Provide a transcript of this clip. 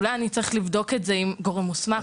אולי אני צריך לבדוק את זה עם גורם מוסמך״.